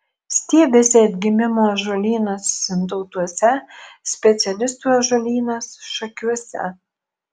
stiebiasi atgimimo ąžuolynas sintautuose specialistų ąžuolynas šakiuose